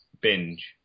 binge